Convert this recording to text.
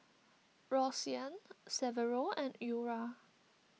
Roseanne Severo and Eura